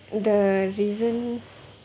the reason